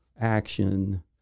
action